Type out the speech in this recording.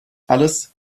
alles